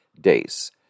days